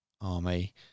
army